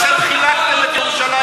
אתם חילקתם את ירושלים בפועל.